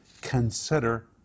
Consider